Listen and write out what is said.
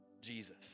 Jesus